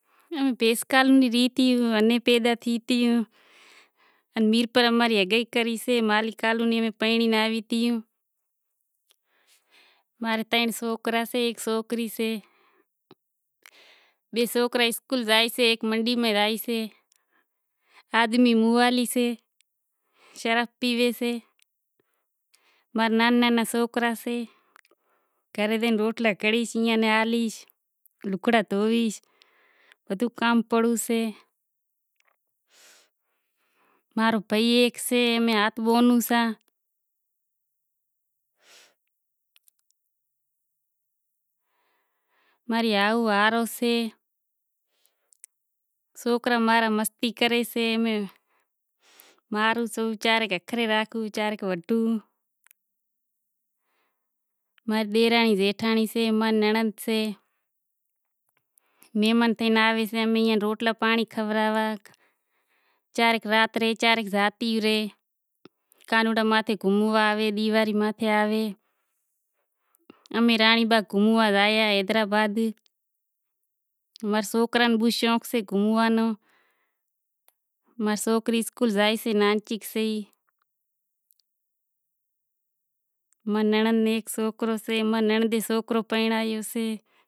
ھینس کالونی میں ماں ری ہگائی کری تی ماں را بئے سوکرا ان ترن سوکریں سیں اسکول زائیسے منڈی میں رہی سے آدمی موالی سے شراب پیوے سے۔ ماں را نانہاں نانہا سوکراں سیں گھرے زائے روٹلا گھڑیش۔ ماں رو بھائی ہیک سے ماں رے ہات بہونوں سیں ماں را ہاس ہاہرو سے، سوکرا ماں را مستی کریں سیں۔ ماں رو ڈیرانڑی جیٹھانڑی سے ماں ری ننڑند سے کانہوڑا ماتھے آوے ڈیواڑی ماتھے آوے گھوموا زائے امیں رانڑی باغ گھوموا زایاں حیدرٓباد ماں را سوکراں ناں شوق سے گھوموا نو ماں ری سوکری اسکوہل زائیشے